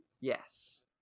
Yes